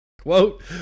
Quote